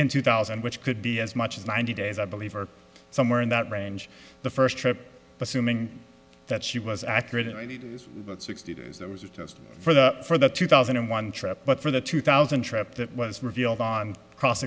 in two thousand which could be as much as ninety days i believe or somewhere in that range the first trip assuming that she was accurate in that sixty days that was just for the for the two thousand and one trip but for the two thousand trip that was revealed on cross